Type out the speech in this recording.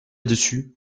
dessus